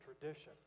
tradition